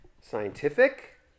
Scientific